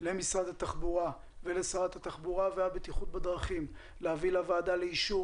למשרד התחבורה ולשרת התחבורה והבטיחות בדרכים להביא לוועדה לאישור